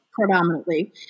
predominantly